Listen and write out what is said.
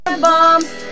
bombs